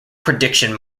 prediction